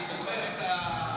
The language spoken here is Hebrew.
אני בוחר את המילים.